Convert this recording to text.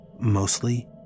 Mostly